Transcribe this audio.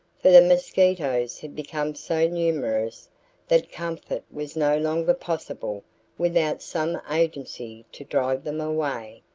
for the mosquitos had become so numerous that comfort was no longer possible without some agency to drive them away.